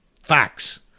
facts